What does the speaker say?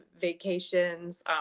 vacations